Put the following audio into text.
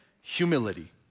humility